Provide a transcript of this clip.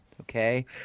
okay